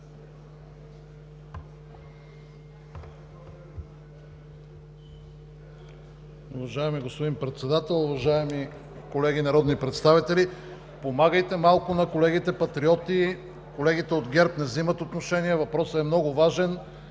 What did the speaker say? въпросът е много важен,